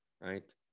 right